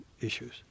issues